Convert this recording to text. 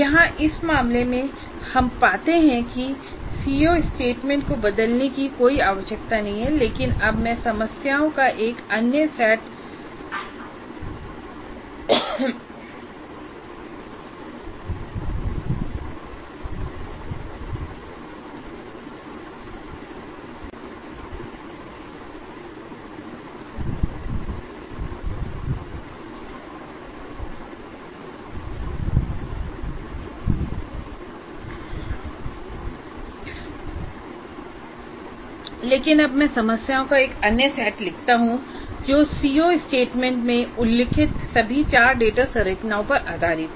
यहां इस मामले में हम पाते हैं कि सीओ स्टेटमेंट को बदलने की कोई आवश्यकता नहीं है लेकिन अब मैं समस्याओं का एक अन्य सेट लिखता हूं जो सीओ स्टेटमेंट में उल्लिखित सभी चार डेटा संरचनाओं पर आधारित हैं